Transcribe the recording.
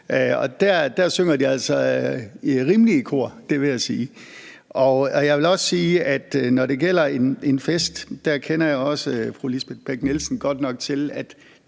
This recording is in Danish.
der synger de altså rimeligt i kor, vil jeg sige. Jeg vil også sige, at når det gælder en fest, kender jeg fru Lisbeth Bech-Nielsen godt nok til at